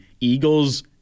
Eagles